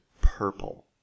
purple